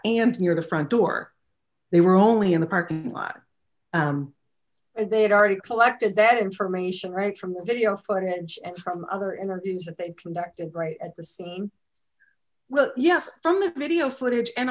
near the front door they were only in the parking lot and they had already collected that information right from the video footage and from other interviews that they connected right at the scene well yes from the video footage and